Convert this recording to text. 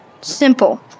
Simple